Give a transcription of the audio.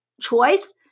choice